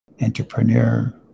entrepreneur